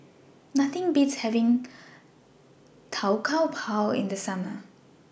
Nothing Beats having Tau Kwa Pau in The Summer